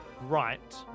right